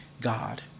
God